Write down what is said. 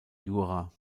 jura